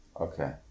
Okay